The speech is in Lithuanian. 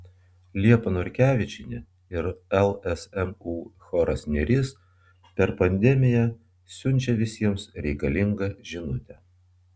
liepa norkevičienė ir lsmu choras neris per pandemiją siunčia visiems reikalingą žinutę